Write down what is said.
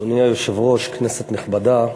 אדוני היושב-ראש, כנסת נכבדה,